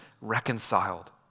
reconciled